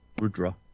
Rudra